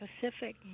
Pacific